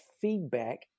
feedback